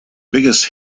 biggest